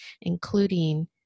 including